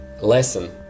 lesson